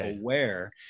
aware